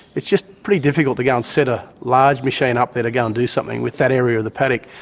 it's just pretty difficult to go and set a large machine up there to go and do something with that area of the paddock.